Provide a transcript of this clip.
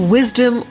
Wisdom